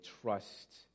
trust